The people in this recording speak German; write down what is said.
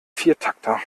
viertakter